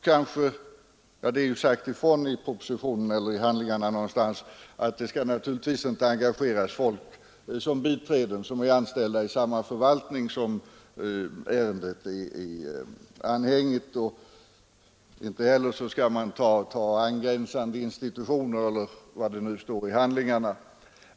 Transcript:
Naturligtvis skall som biträden inte engageras folk som är anställda i den förvaltning där ärendet är anhängigt — det har också sagts i propositionen eller någon annan handling. Inte heller kan man ta folk från angränsande institutioner — eller hur det nu står i handlingarna.